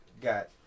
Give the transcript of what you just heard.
Got